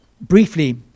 briefly